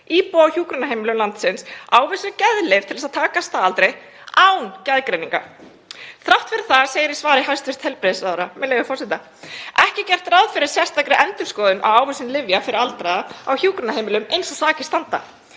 íbúa á hjúkrunarheimilum landsins ávísuð geðlyf til að taka að staðaldri án geðgreiningar. Þrátt fyrir það segir í svari hæstv. heilbrigðisráðherra, með leyfi forseta: „Ekki er gert ráð fyrir sérstakri endurskoðun á ávísun lyfja fyrir aldraða á hjúkrunarheimilum eins og sakir standa.“